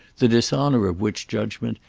the dishonour of which judgement,